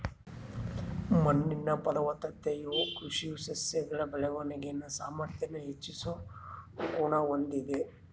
ಮಣ್ಣಿನ ಫಲವತ್ತತೆಯು ಕೃಷಿ ಸಸ್ಯಗಳ ಬೆಳವಣಿಗೆನ ಸಾಮಾರ್ಥ್ಯಾನ ಹೆಚ್ಚಿಸೋ ಗುಣ ಹೊಂದಿದೆ